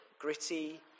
gritty